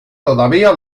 todavía